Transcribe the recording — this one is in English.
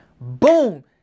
Boom